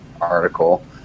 article